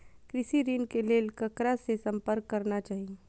कृषि ऋण के लेल ककरा से संपर्क करना चाही?